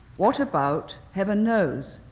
what about, heaven knows,